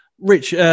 Rich